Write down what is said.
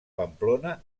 pamplona